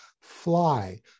fly